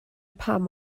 pam